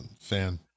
fan